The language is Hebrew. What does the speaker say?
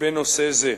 בנושא זה.